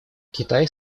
китай